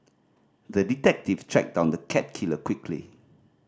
the detective tracked down the cat killer quickly